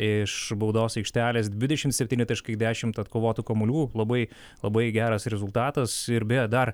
iš baudos aikštelės dvidešim septyni taškai dešimt atkovotų kamuolių labai labai geras rezultatas ir beje dar